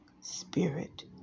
spirit